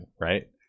right